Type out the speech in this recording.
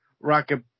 Rocket